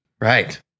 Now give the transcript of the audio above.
Right